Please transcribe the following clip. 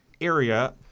area